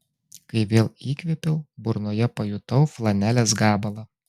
kai vėl įkvėpiau burnoje pajutau flanelės gabalą